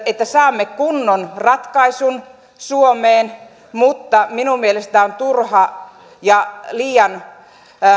että saamme kunnon ratkaisun suomeen mutta minun mielestäni on turha ja liian